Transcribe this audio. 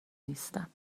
نیستم